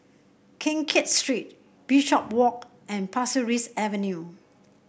Keng Kiat Street Bishopswalk and Pasir Ris Avenue